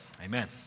amen